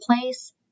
place